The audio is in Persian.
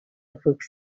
فوکس